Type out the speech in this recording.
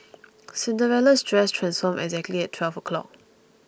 Cinderella's dress transformed exactly at twelve o' clock